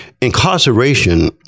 incarceration